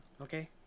okay